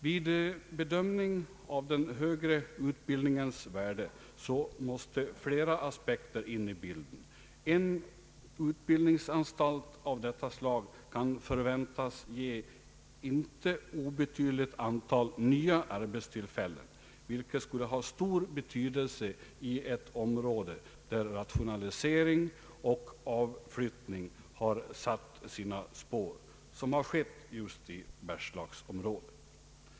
Vid bedömningen av den högre utbildningens värde kommer med nödvändighet flera aspekter in i bilden. En utbildningsanstalt av detta slag kan förväntas ge ett inte obetydligt antal nya arbetstillfällen, vilket skulle ha stor betydelse för ett område där rationalisering och avflyttning har satt sina spår, såsom skett just i Bergslagsområdet.